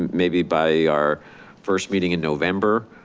maybe by our first meeting in november,